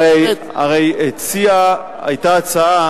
הרי היתה הצעת